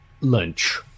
lunch